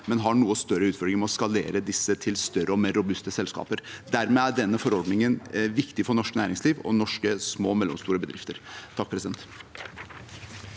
men har noe større utfordringer med å skalere disse til større og mer robuste selskaper. Dermed er denne forordningen viktig for norsk næringsliv og norske små og mellomstore bedrifter. Presidenten